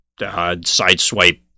Sideswipe